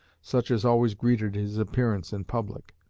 such as always greeted his appearance in public.